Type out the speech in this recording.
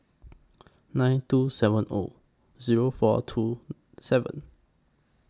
nine two seven O Zero four two seven